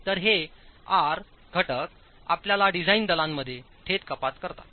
तर हे आर घटक आपल्या डिझाइन दलांमध्ये थेट कपात करतात